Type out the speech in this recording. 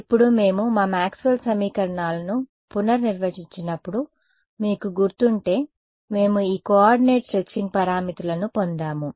ఇప్పుడు మేము మా మాక్స్వెల్ సమీకరణాలను పునర్నిర్వచించినప్పుడు మీకు గుర్తుంటే మేము ఈ కోఆర్డినేట్ స్ట్రెచింగ్ పారామితులను పొందాము